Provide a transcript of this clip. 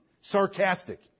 Sarcastic